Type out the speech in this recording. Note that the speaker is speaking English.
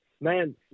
man